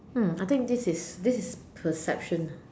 mm I think this is this is perception